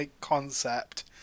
concept